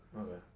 Okay